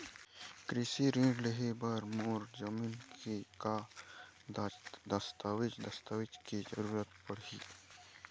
कृषि ऋण लेहे बर मोर जमीन के का दस्तावेज दस्तावेज के जरूरत पड़ही?